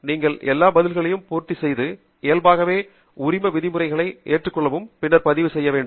நீங்கள் எல்லா பதில்களையும் பூர்த்தி செய்யது இயல்பாகவே உரிம விதிமுறைகளை ஏற்றுக்கொள்ளவும் பின்னர் பதிவு செய்ய வேண்டும்